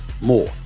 More